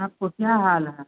आपको क्या हाल है